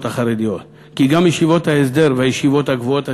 החרדיות כי אם גם ישיבות ההסדר והישיבות הגבוהות הציוניות.